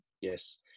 Yes